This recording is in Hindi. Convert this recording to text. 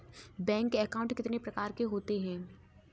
बैंक अकाउंट कितने प्रकार के होते हैं?